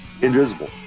invisible